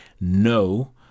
no